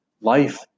Life